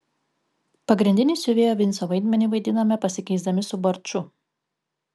pagrindinį siuvėjo vinco vaidmenį vaidinome pasikeisdami su barču